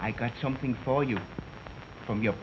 i got something for you from your